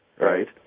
Right